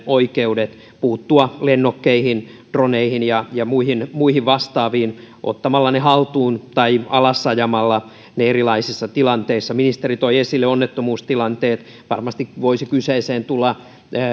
oikeudet puuttua lennokkeihin droneihin ja ja muihin muihin vastaaviin ottamalla ne haltuun tai alas ajamalla ne erilaisissa tilanteissa ministeri toi esille onnettomuustilanteet varmasti voisi kyseeseen tulla